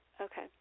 Okay